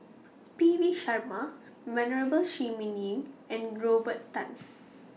P V Sharma Venerable Shi Ming Yi and Robert Tan